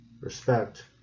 respect